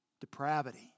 depravity